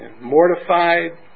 mortified